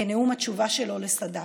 בנאום התשובה שלו לסאדאת.